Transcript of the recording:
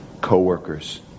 co-workers